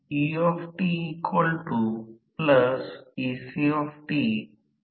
आता रोटर फिरते क्षेत्र emf ला रोटर विंडिंगमध्ये प्रेरित करते कारण रोटर देखील आहे